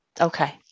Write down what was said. okay